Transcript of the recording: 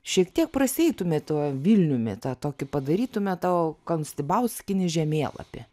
šiek tiek prasieitume tuo vilniumi tą tokį padarytume tą konstibauskinį žemėlapį